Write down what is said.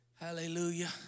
Hallelujah